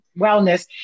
wellness